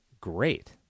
great